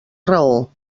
raó